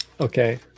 Okay